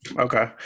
Okay